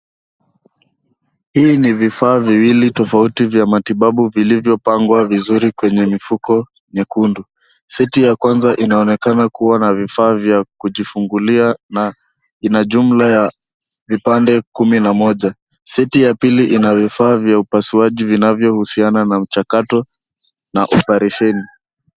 Hivi ni vifaa viwili tofauti vya matibabu vilivyopangwa vizuri kwenye mifuko nyekundu. Seti ya kwanza inaonekana kuwa na vifaa vya kufungulia, na inajumla ya vipande kumi na moja. Seti ya pili ina vifaa vya upasuaji vinavyohusiana na mchakato na oparesheni.